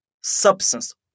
substance